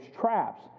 traps